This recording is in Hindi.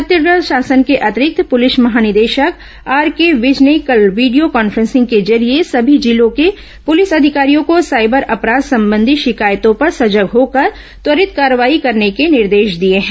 छत्तीसगढ़ शासन के अतिरिक्त पुलिस महानिदेशक आरके विज ने कल वीडियो कान्फ्रेंसिंग के जरिए सभी जिलों के पुलिस अधिकारियों को साइबर अपराध संबंधी शिकायतों पर सजग होकर त्वरित कार्रवाई करने के निर्देश दिए हैं